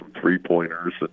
three-pointers